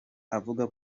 avuga